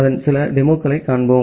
அதன் சில டெமோவைக் காண்போம்